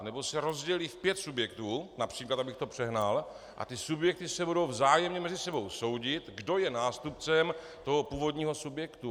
Nebo se rozdělí v pět subjektů například, abych to přehnal, a ty subjekty se budou vzájemně mezi sebou soudit, kdo je nástupcem toho původního subjektu.